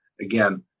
Again